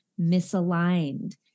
misaligned